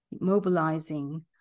mobilizing